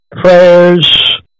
prayers